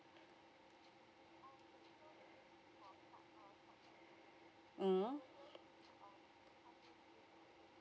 hmm